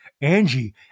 Angie